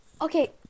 Okay